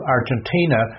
Argentina